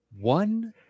one